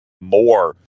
more